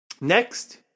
Next